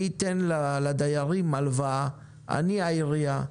אני אתן לדיירים הלוואה, אני העירייה.